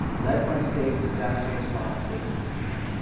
led by state disaster response agencies.